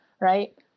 Right